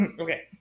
Okay